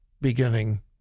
beginning